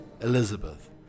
Elizabeth